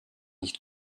nicht